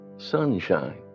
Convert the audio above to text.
sunshine